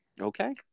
Okay